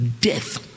death